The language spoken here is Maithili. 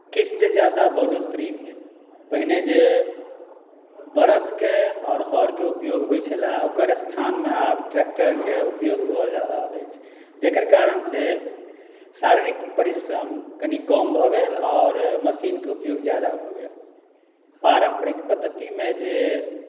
किछु जे ज्यादा बढ़ोतरी भेल पहिने जे बरदके आओर हरके उपयोग होइत छलै ओकर स्थानमे आब ट्रैक्टरके उपयोग हुअ जा रहल अछि जकर कारणसँ शारीरिक परिश्रम कनी कम भऽ गेल आओर मशीनके उपयोग ज्यादा भऽ गेल पारम्परिक पद्धतिमे जे